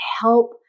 help